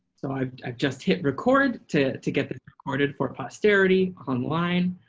so i just hit record to to get the recorded for posterity online.